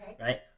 right